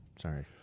Sorry